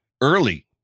early